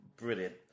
Brilliant